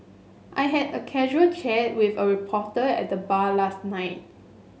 I had a casual chat with a reporter at the bar last night